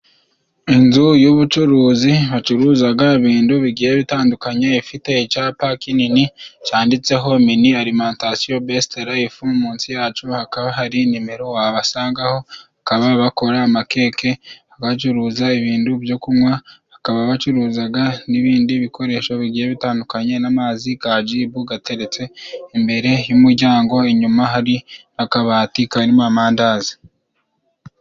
Inzu y'ubucuruzi bacuruzaga ibindu bigiye bitandukanye, ifite icyapa kinini cyanditseho mini arimantasiyo besite rayifu. Munsi yaco hakaba hari nimero wabasangaho, bakaba bakora amakeke, bacuruza ibindu byo kunywa, bacuruzaga n'ibindi bikoresho bigiye bitandukanye n'amazi ga Jibu gateretse imbere y'umuryango. Inyuma hari akabati k'amandazi.